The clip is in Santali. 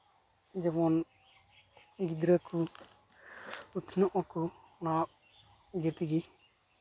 ᱡᱮᱢᱚᱱ ᱜᱤᱫᱽᱨᱟᱹ ᱠᱚ ᱩᱛᱱᱟᱹᱜ ᱟᱠᱚ ᱱᱚᱣᱟ ᱤᱭᱟᱹ ᱛᱮᱜᱮ